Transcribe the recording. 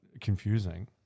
confusing